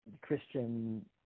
Christian